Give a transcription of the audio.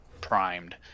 primed